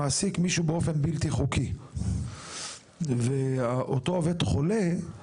שמעסיק מישהו באופן בלתי חוקי ואותו עובד חולה.